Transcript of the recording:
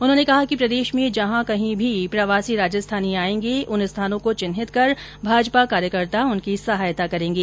उन्होंने कहा कि प्रदेश में जहां कहीं भी प्रवासी राजस्थानी आयेंगे उन स्थानों को चिन्हित कर भाजपा कार्यकर्ता उनकी सहायता करेंगे